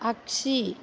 आगसि